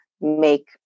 make